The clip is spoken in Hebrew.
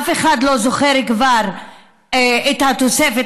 אף אחד לא זוכר כבר את התוספת,